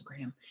Instagram